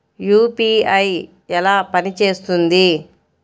UPI ఎలా పనిచేస్తుంది?